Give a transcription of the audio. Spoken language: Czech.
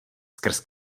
skrz